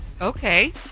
okay